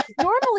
normally